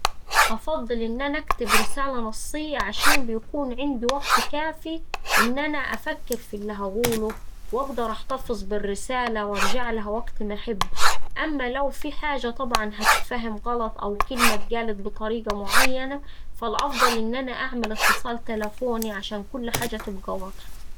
أفضل إن أنا أكتب رسالة نصية عشان بيكون عندي وقت كافي إن أنا أفكر في اللي هقوله وأقدر أحتفظ بالرسالة وأرجعلها وقت ما أحب. أما لو فيه حاجة طبعا هتتفهم غلط أو كلمة اتقالت بطريقة معينة، فالأفضل إن أنا أعمل اتصال تلفوني عشان كل حاجة تبقا واضحة.